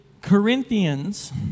Corinthians